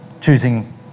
Choosing